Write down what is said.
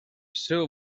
seu